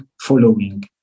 following